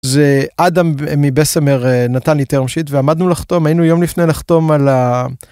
זה אדם מבסמר נתן לי termsheet ועמדנו לחתום היינו יום לפני לחתום על.